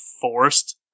forced